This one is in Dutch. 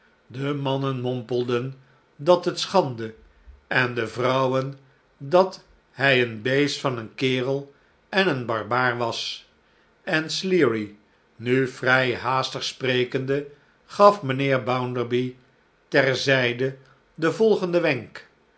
de mannen mompelden dat het schande en de vrouwen dat hij een beest van een kerel en een barbaar was en sleary nu vrij haastig sprekende gaf mijnheer bounderby ter zijde den volgenden wenk